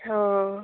ହଁ